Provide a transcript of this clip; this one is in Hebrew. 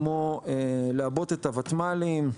כמו לעבות את הותמ"לים,